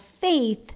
faith